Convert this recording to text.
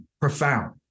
profound